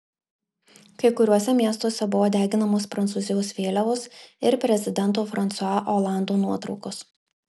kai kuriuose miestuose buvo deginamos prancūzijos vėliavos ir prezidento fransua olando nuotraukos